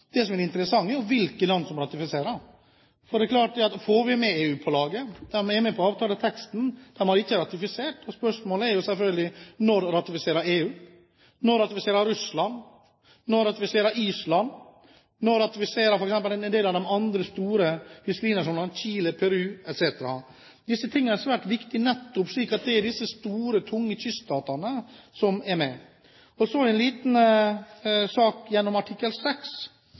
Det som er interessant, er hvilke land som ratifiserer. EU er med på avtaleteksten, de har ikke ratifisert. Spørsmålet er selvfølgelig: Når ratifiserer EU, når ratifiserer Russland, når ratifiserer Island, når ratifiserer en del av de andre store fiskerinasjonene, Chile, Peru etc.? Dette er svært viktig, slik at det er de store tunge kyststatene som er med. Så en liten sak om artikkel